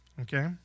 Okay